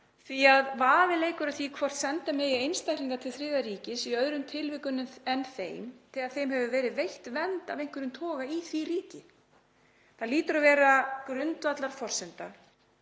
því að vafi leikur á því hvort senda megi einstaklinga til þriðja ríkis í öðrum tilvikum en þeim þegar þeim hefur verið veitt vernd af einhverjum toga í því ríki. Það hlýtur að vera grundvallarforsenda